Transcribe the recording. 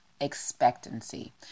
expectancy